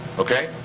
okay?